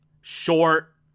short